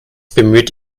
bemüht